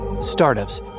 Startups